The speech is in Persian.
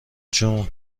جوون